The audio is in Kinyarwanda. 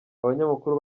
abanyamakuru